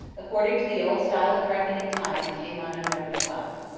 according to the old style of reckoning time it came on november twelve.